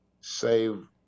save